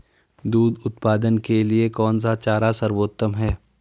दूध उत्पादन के लिए कौन सा चारा सर्वोत्तम है?